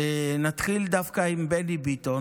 הרציונל